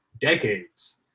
decades